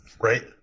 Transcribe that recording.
Right